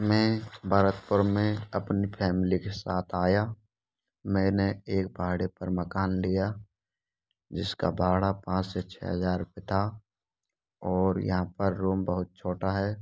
मैं भरतपुर में अपनी फैमिली के साथ आया मैंने एक पहाड़ी पर मकान लिया जिसका भाड़ा पाँच से छ हजार रूपये था और यहाँ पर रूम बहुत छोटा है